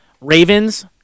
Ravens